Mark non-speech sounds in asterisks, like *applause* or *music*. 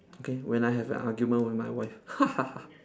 okay when I have an argument with my wife *laughs*